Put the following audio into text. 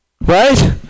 Right